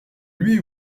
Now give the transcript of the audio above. lui